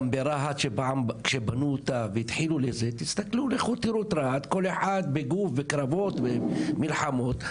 גם ברהט, כשבנו אותה, כל אחד בקרבות ומלחמות.